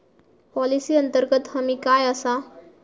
Policy अंतर्गत हमी काय आसा?